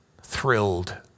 Thrilled